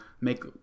make